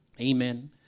Amen